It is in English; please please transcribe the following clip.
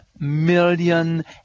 million